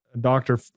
doctor